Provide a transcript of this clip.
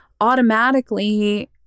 automatically